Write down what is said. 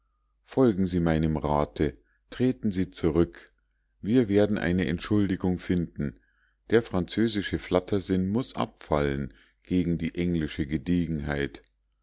folgen sie meinem rate treten sie zurück wir werden eine entschuldigung finden der französische flattersinn muß abfallen gegen die englische gediegenheit